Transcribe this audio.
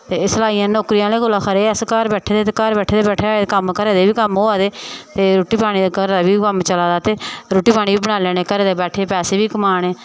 ते एह् सलाई नौकरी ओह्लें कोला खरे अस घर बैठे दे घर बैठे जे बठाए दे घरै दे बी कम्म होआ दे ते रुट्टी पानी घरा दा बी कम्म चला दा ते रुट्टी पानी बी बनाई लैन्ने आं घर बैठे दे पैसे बी कमा ने